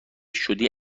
شدی